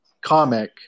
comic